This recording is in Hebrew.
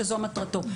שזו מטרתו.